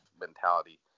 mentality